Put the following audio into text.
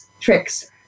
tricks